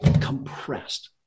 compressed